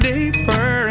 Deeper